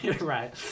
right